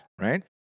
right